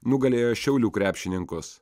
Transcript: nugalėjo šiaulių krepšininkus